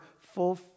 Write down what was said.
Full